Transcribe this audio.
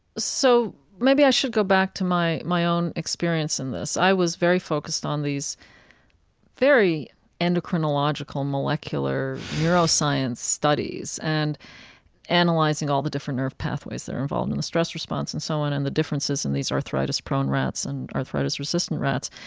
so maybe i should go back to my my own experience in this. i was very focused on these very endocrinological, molecular neuroscience studies and analyzing all the different nerve pathways that are involved in the stress response and so on, and the differences in these arthritis-prone rats and arthritis-resistant rats.